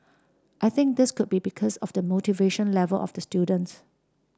I think this could be because of the motivation level of the students